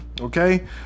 okay